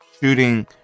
shooting